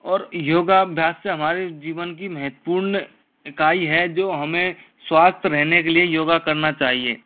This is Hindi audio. और योगा अभ्यास से हमारे जीवन की महत्वपूर्ण इकाई है जो हमें स्वास्थ्य रहने के लिए योगा करना चाहिए